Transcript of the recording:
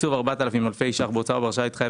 תקצוב 4,000 אלפי ₪ בהוצאה ובהרשאה להתחייב